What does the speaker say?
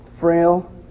Frail